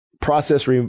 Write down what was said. process